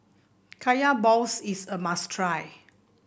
Kaya Balls is a must try